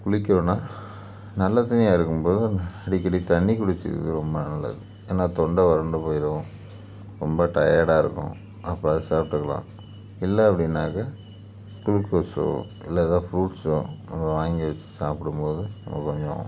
குளிக்கிறோனா நல்ல தண்ணியாக இருக்கும் போது அந்த அடிக்கடி தண்ணிக் குடிச்சுக்கிறது ரொம்ப நல்லது ஏன்னால் தொண்டை வறண்டு போயிடும் ரொம்ப டயர்டாக இருக்கும் அப்போ அதை சாப்பிட்டுக்கலாம் இல்லை அப்படின்னாக்கா குளுக்கோஸோ இல்லை ஏதாக ஃப்ரூட்ஸோ நம்ம வாங்கி வெச்சு சாப்பிடும் போது நமக்கு கொஞ்சம்